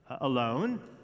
alone